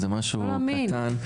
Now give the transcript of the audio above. זה משהו קטן.